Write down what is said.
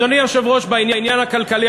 אדוני היושב-ראש, בעניין הכלכלי.